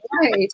right